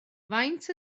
faint